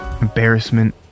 Embarrassment